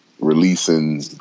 releasing